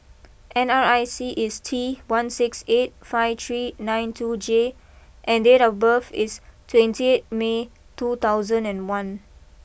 N R I C is T one six eight five three nine two J and date of birth is twenty eight May two thousand and one